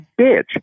bitch